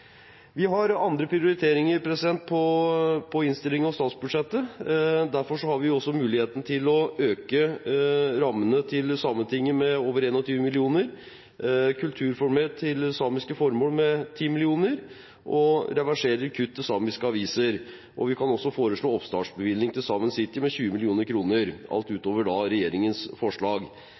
Vi har andre prioriteringer i innstillingen til statsbudsjettet, derfor har vi også muligheten til å øke rammene til Sametinget med over 21 mill. kr. Kultur får 10 mill. kr mer til samiske formål, vi reverserer kutt i samiske aviser, og vi kan også foreslå en oppstartsbevilgning til Saemien Sijte på 20 mill. kr – alt utover regjeringens forslag.